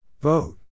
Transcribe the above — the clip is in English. Vote